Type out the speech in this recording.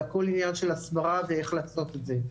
זה הכל עניין של הסברה ואיך לעשות את זה.